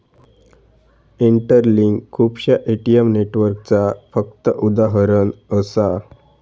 interlink खुपश्या ATM नेटवर्कचा फक्त उदाहरण असा